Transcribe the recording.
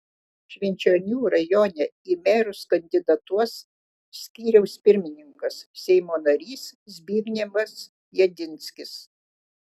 švenčionių rajone į merus kandidatuos skyriaus pirmininkas seimo narys zbignevas jedinskis